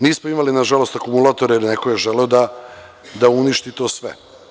Nismo imali, nažalost, akumulatore, jer neko je želeo da uništi to sve.